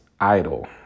idol